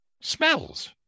Smells